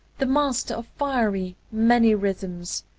the master of fiery, many rhythms,